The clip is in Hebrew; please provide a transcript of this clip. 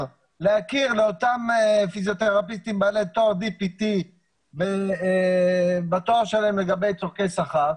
לאותם פיזיותרפיסטים בעלי תואר DPTבתואר שלהם לצורכי שכר.